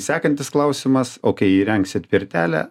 sekantis klausimas o kai įrengsit pirtelę